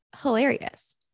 hilarious